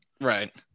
Right